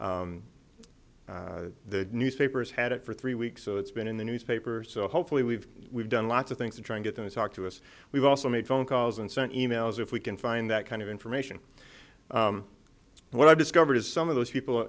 had the newspapers had it for three weeks so it's been in the newspaper so hopefully we've done lots of things to try and get them to talk to us we've also made phone calls and sent e mails if we can find that kind of information what i've discovered is some of those people